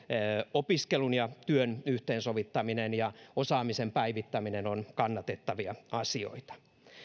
opiskelun ja työn yhteensovittaminen ja osaamisen päivittäminen ovat kannatettavia asioita